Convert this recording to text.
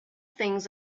things